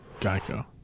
Geico